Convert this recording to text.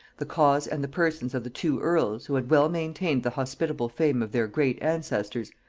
the cause and the persons of the two earls, who had well maintained the hospitable fame of their great ancestors,